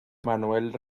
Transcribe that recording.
manuel